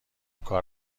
کار